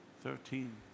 Thirteen